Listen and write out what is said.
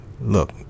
look